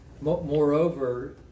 Moreover